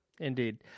Indeed